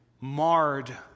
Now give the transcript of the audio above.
marred